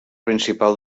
principal